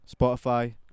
Spotify